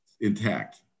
intact